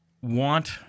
want